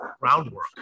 groundwork